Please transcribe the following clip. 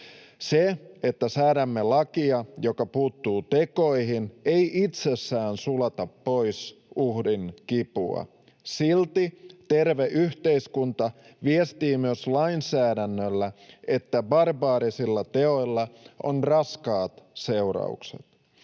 Se, että säädämme lakia, joka puuttuu tekoihin, ei itsessään sulata pois uhrin kipua. Silti terve yhteiskunta viestii myös lainsäädännöllä, että barbaarisilla teoilla on raskaat seuraukset.